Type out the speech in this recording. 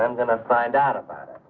um going to find out. but